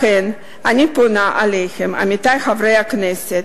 לכן אני פונה אליכם, עמיתי חברי הכנסת,